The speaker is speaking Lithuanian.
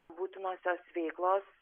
būtinosios veiklos